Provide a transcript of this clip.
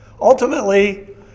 Ultimately